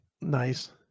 Nice